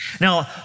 Now